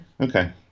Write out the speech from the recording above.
Okay